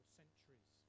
centuries